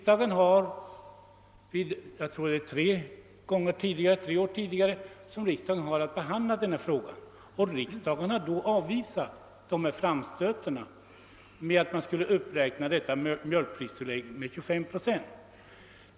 Det är tror jag vid tre tidigare tillfällen som riksdagen behandlat frågan om en uppräkning av det extra mjölkpristillägget och avvisat förslaget.